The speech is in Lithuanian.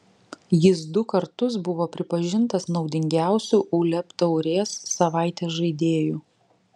jis du kartus buvo pripažintas naudingiausiu uleb taurės savaitės žaidėju